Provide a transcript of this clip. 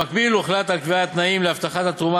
במקביל הוחלט על קביעת תנאים להבטחת התרומה